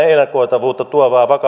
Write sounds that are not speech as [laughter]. [unintelligible] ennakoitavuutta tuovaa